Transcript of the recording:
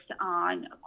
on